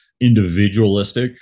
individualistic